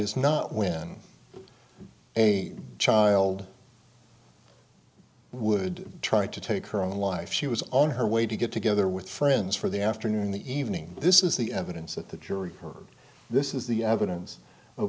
is not when a child would try to take her own life she was on her way to get together with friends for the afternoon the evening this is the evidence that the jury heard this is the evidence of